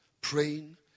praying